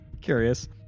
Curious